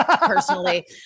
personally